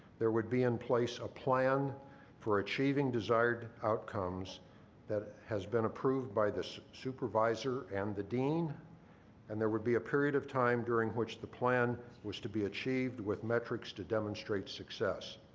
there would be in place a plan for achieving desired outcomes that has been approved by the supervisor and the dean and there would be a period of time during which the plan was to be achieved with metrics to demonstrate success.